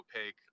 opaque